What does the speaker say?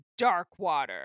Darkwater